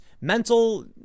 mental